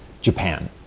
Japan